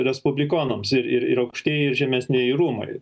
respublikonams ir ir ir aukštieji žemesnieji rūmai